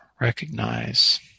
recognize